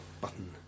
Button